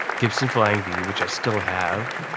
gibson flying v which i still have.